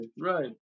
right